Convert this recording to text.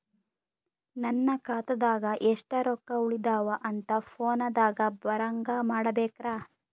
ನನ್ನ ಖಾತಾದಾಗ ಎಷ್ಟ ರೊಕ್ಕ ಉಳದಾವ ಅಂತ ಫೋನ ದಾಗ ಬರಂಗ ಮಾಡ ಬೇಕ್ರಾ?